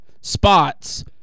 spots